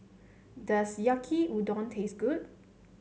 does Yaki Udon taste good